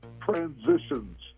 transitions